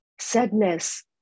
sadness